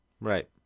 Right